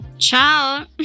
Ciao